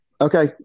Okay